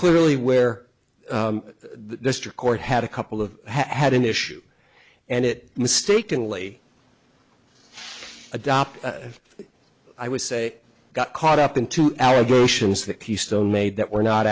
clearly where the district court had a couple of had an issue and it mistakenly adopt i would say got caught up into allegations that keystone made that were not